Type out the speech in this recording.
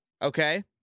Okay